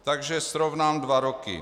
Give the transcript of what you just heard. Takže srovnám dva roky.